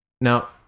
Now